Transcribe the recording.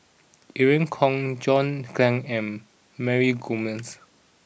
Irene Khong John Clang and Mary Gomes